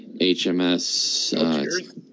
HMS